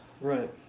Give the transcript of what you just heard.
Right